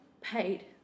paid